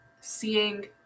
seeing